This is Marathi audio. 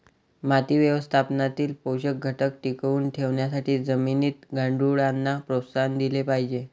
माती व्यवस्थापनातील पोषक घटक टिकवून ठेवण्यासाठी जमिनीत गांडुळांना प्रोत्साहन दिले पाहिजे